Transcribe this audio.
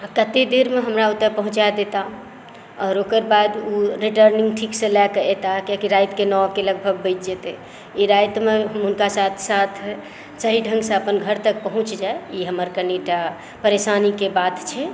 कते देरमे हमरा ओतऽ पहुँचाए देताह आओर ओकर बाद ओ रिटर्निंग ठीकसँ लए कऽ एताह कियाकि रातिकेँ नओ के लगभग बाजि जेतै ई रातिमे हम हुनका साथ साथ सही ढंगसँ अपन घर तक पहुँच जाइ ई हमर कनीटा परेशानीके बात छै